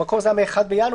במקור זה היה מה-1 בינואר,